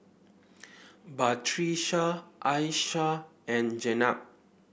Batrisya Aishah and Jenab